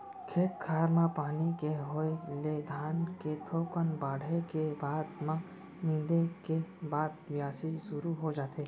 खेत खार म पानी के होय ले धान के थोकन बाढ़े के बाद म नींदे के बाद बियासी सुरू हो जाथे